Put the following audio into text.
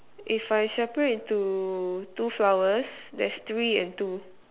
if I separate to two flowers there's three and two